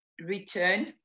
return